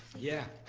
yeah,